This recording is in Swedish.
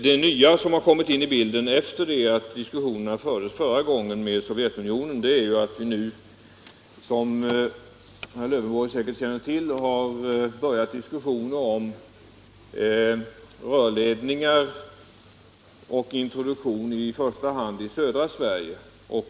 Det nya som har kommit in i bilden efter det att diskussionerna med Sovjetunionen fördes förra gången är att vi nu, som herr Lövenborg säkert känner till, har börjat samtal om rörledningar och introduktion i första hand i södra Sverige.